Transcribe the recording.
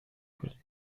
کنید